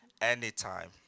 Anytime